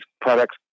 products